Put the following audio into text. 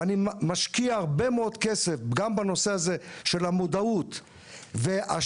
ואני משקיע הרבה מאוד כסף גם בנושא המודעות והשירות,